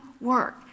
work